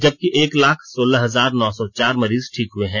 जबकि एक लाख सोलह हजार नौ सौ चार मरीज ठीक हुए हैं